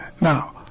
Now